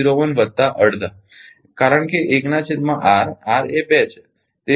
01 વત્તા અડધા કારણ કે 1 ના છેદમાં R R એ 2 છે